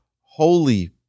holy